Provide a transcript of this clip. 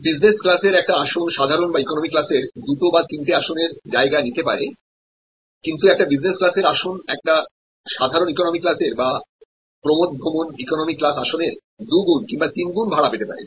business ক্লাসের একটি আসন সাধারণবা ইকোনমি ক্লাসের দুটো বা তিনটে আসনের জায়গা নিতে পারে কিন্তু একটা বিজনেস ক্লাসের আসন একটা সাধারণ ইকোনমি ক্লাসের বা প্রমোদ ভ্রমণ ইকোনমি ক্লাস আসনের দুই গুন কিংবা তিন গুণ ভাড়া পেতে পারে